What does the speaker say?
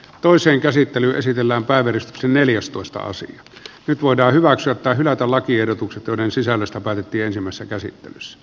toiseen käsittelyyn esitellään päivitys neljästoista avasi nyt voidaan hyväksyä tai hylätä lakiehdotukset joiden sisällöstä päätettiin ensimmäisessä käsittelyssä